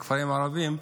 בכפרים הערביים,